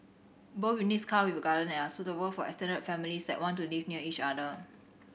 both units come with a garden and are suitable for extended families that want to live near each other